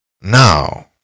Now